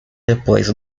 depois